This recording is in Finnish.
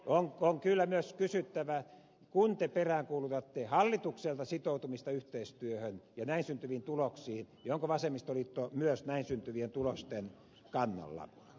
on kyllä myös kysyttävä kun te peräänkuulutatte hallitukselta sitoutumista yhteistyöhön ja näin syntyviin tuloksiin onko vasemmistoliitto myös näin syntyvien tulosten kannalla